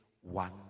one